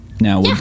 Now